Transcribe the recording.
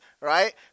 right